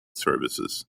services